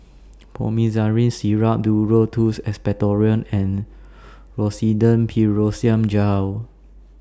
Promethazine Syrup Duro Tuss Expectorant and Rosiden Piroxicam Gel